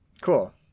cool